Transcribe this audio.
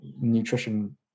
nutrition